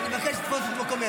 אני מבין את הצעת החוק של כץ,